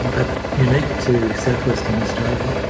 but unique to south-western australia,